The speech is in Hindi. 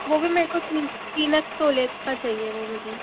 वो भी मेरे को तीन तीन तोले का चाहिए वो मुझे